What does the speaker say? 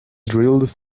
drilled